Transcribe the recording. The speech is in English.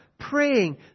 praying